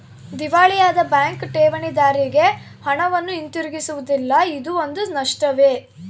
ದಿವಾಳಿಯಾದ ಬ್ಯಾಂಕ್ ಠೇವಣಿದಾರ್ರಿಗೆ ಹಣವನ್ನು ಹಿಂತಿರುಗಿಸುವುದಿಲ್ಲ ಇದೂ ಒಂದು ನಷ್ಟವೇ